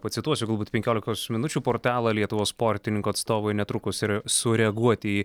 pacituosiu galbūt penkiolikos minučių portalą lietuvos sportininkų atstovai netrukus ir sureaguoti į